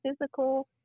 physical